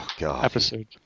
episode